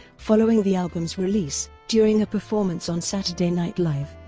following the album's release, during a performance on saturday night live,